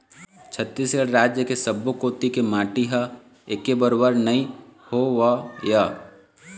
छत्तीसगढ़ राज के सब्बो कोती के माटी ह एके बरोबर नइ होवय